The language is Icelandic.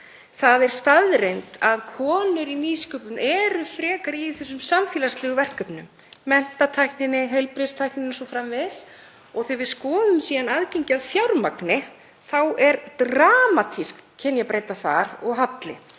Það er staðreynd að konur í nýsköpun eru frekar í samfélagslegum verkefnum; menntatækni, heilbrigðistækni o.s.frv. Þegar við skoðum síðan aðgengi að fjármagni þá er dramatísk kynjabreyta þar og halli